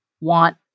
want